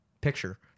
picture